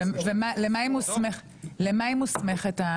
למה היא מוסמכת?